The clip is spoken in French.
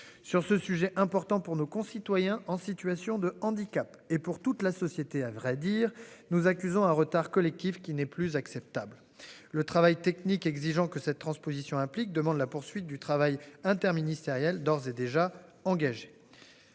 Sur ce sujet important pour nos concitoyens en situation de handicap et pour toute la société. À vrai dire nous accusons un retard que l'équipe qui n'est plus acceptable. Le travail technique, exigeant que cette transposition implique demande la poursuite du travail interministériel d'ores et déjà engagés.